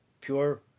Pure